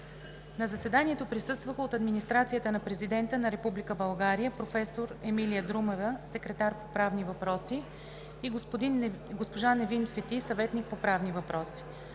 На заседанието присъстваха: от администрацията на Президента на Република България – проф. Емилия Друмева – секретар по правни въпроси, и госпожа Невин Фети – съветник по правни въпроси;